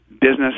business